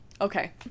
Okay